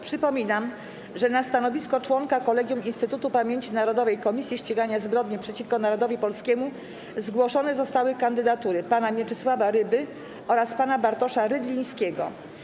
Przypominam, że na stanowisko członka Kolegium Instytutu Pamięci Narodowej - Komisji Ścigania Zbrodni przeciwko Narodowi Polskiemu zgłoszone zostały kandydatury pana Mieczysława Ryby oraz pana Bartosza Rydlińskiego.